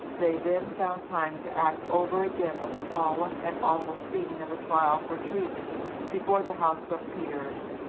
they then found time to act over again the solemn and awful scene of a trial for treason before the house of peers,